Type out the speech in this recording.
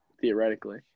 theoretically